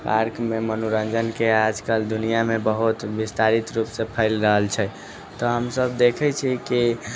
पार्कमे मनोरञ्जनके आजकल दुनिआँमे बहुत विस्तारित रूपसँ फैल रहल छै तऽ हमसब देखै छियै की